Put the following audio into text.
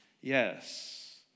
yes